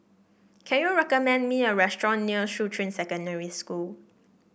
can you recommend me a restaurant near Shuqun Secondary School